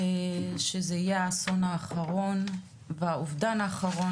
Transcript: ושזה יהיה האסון האחרון והאובדן האחרון